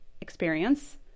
experience